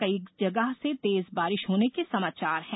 कई जगह से तेज बारिश होने के समाचार है